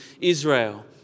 Israel